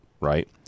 right